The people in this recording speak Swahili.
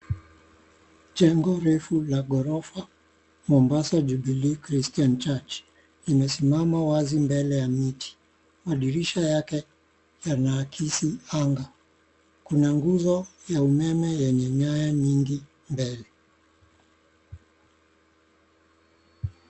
Njengo refu la gorofa Mombasa Jubilee Christian Church limesimama wazi mbele ya miti. Madirisha yake yanaakisi anga. Kuna nguzo ya umeme yenye nyaya nyingi mbele.